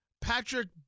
Patrick